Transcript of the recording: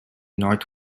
north